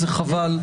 זה חבל.